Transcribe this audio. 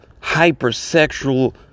hypersexual